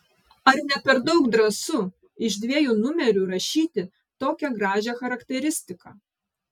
ar ne per daug drąsu iš dviejų numerių rašyti tokią gražią charakteristiką